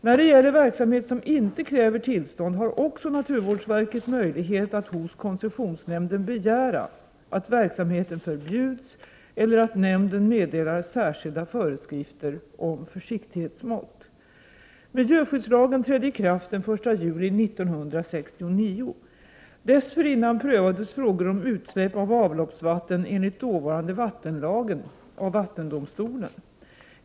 När det gäller verksamhet som inte kräver tillstånd har också naturvårdsverket möjlighet att hos koncessionsnämnden begära att verksamheten förbjuds eller att nämnden meddelar särskilda föreskrifter om försiktighetsmått. Miljöskyddslagen trädde i kraft den 1 juli 1969. Dessförinnan prövades frågor om utsläpp av avloppsvatten enligt dåvarande vattenlagen av vattendomstolen.